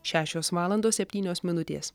šešios valandos septynios minutės